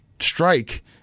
Strike